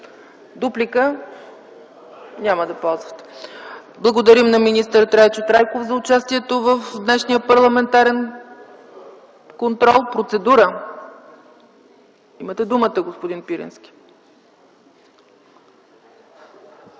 Дуплика? Няма да ползвате. Благодарим на министър Трайчо Трайков за участието му в днешния парламентарен контрол. За процедура – имате думата, господин Пирински.